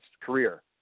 career